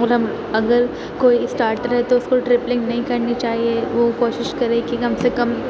اور ہم اگر کوئی اسٹارٹر ہے تو اس کو ٹرپلنگ نہیں کرنی چاہیے وہ کوشش کرے کہ کم سے کم